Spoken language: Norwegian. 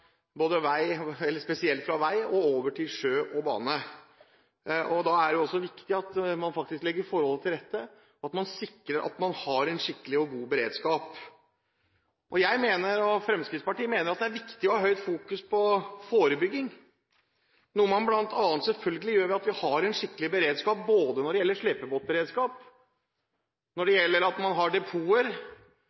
til sjø og bane. Da er det også viktig at man faktisk legger forholdene til rette, og at man sikrer at man har en skikkelig og god beredskap. Jeg og Fremskrittspartiet mener at det er viktig å fokusere sterkt på forebygging, noe man selvfølgelig gjør, bl.a. ved at man har en skikkelig beredskap både når det gjelder slepebåter, og når det gjelder at man har